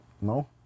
No